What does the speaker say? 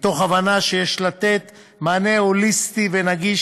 מתוך הבנה שיש לתת מענה הוליסטי ונגיש